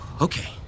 Okay